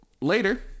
Later